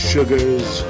Sugars